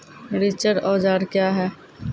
रिचर औजार क्या हैं?